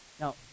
now